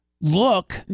Look